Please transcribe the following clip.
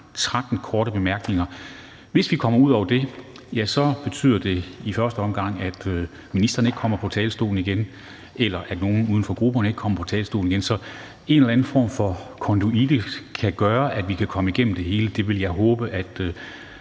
13 korte bemærkninger. Hvis vi kommer ud over det, betyder det i første omgang, at ministeren ikke kommer på talerstolen igen, eller at nogen uden for grupperne ikke kommer på talerstolen, så en eller anden form for konduite kan gøre, at vi kan komme igennem det hele – det vil jeg håbe at